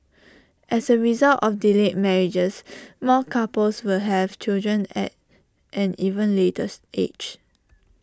as A result of delayed marriages more couples will have children at an even later's age